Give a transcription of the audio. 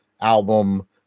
album